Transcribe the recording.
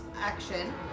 action